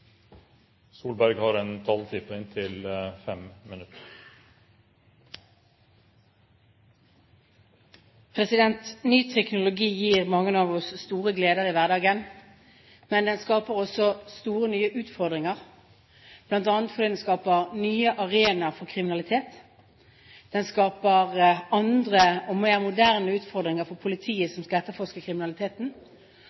Ny teknologi gir mange av oss store gleder i hverdagen, men den skaper også store, nye utfordringer, bl.a. fordi den skaper nye arenaer for kriminalitet, den skaper andre og mer moderne utfordringer for politiet,